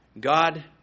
God